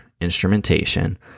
instrumentation